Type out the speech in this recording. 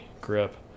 grip